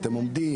אתם עומדים,